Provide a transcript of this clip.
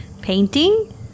painting